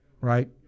right